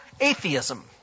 atheism